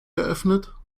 geöffnet